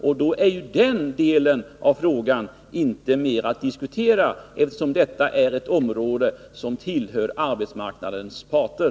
Och då är det inte mer att diskutera när det gäller den frågan, eftersom detta är ett område som tillhör arbetsmarknadens parter.